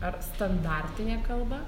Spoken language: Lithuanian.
ar standartinė kalba